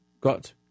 got